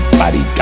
body